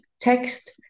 text